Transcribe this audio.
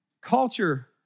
culture